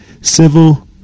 civil